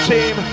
Team